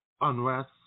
Unrest